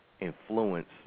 influence